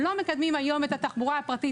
אנחנו לא מקדמים היום את התחבורה הפרטית